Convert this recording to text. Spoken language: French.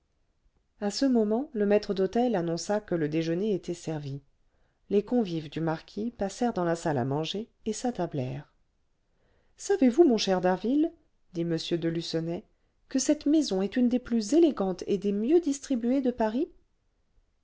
à ce moment le maître d'hôtel annonça que le déjeuner était servi les convives du marquis passèrent dans la salle à manger et s'attablèrent savez-vous mon cher d'harville dit m de lucenay que cette maison est une des plus élégantes et des mieux distribuées de paris